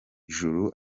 ijuru